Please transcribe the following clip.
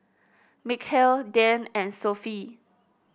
Mikhail Dian and Sofea